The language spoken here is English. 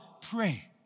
pray